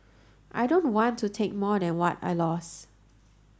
I don't want to take more than what I lost